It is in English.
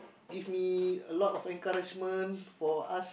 give me a lot of encouragement for us